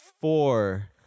four